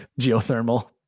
geothermal